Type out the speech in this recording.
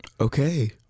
Okay